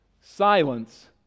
Silence